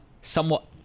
somewhat